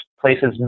places